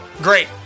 Great